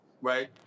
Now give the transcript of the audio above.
right